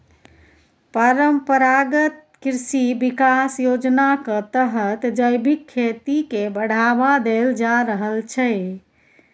परंपरागत कृषि बिकास योजनाक तहत जैबिक खेती केँ बढ़ावा देल जा रहल छै